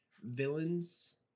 villains